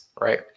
right